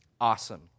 Awesome